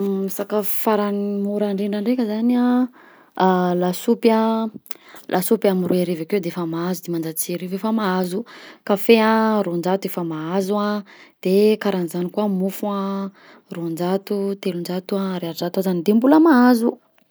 Sakafo farany mora indrindra ndraika zany a, lasopy, lasopy amy roy arivo akeo defa mahazo, dimanjato sy arivo efa mahazo, kafe a roanjato efa mahazo an de karan'izany koa mofo an, roanjato, telonjato, ariary zato azany de mbola mahazo.